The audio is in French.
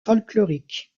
folkloriques